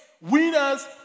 Winners